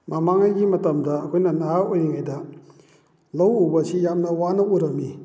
ꯃꯃꯥꯡꯉꯩꯒꯤ ꯃꯇꯝꯗ ꯑꯩꯈꯣꯏꯅ ꯅꯍꯥ ꯑꯣꯏꯔꯤꯉꯩꯗ ꯂꯧ ꯎꯕꯁꯤ ꯌꯥꯝꯅ ꯋꯥꯅ ꯎꯔꯝꯃꯤ